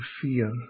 fear